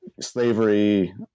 slavery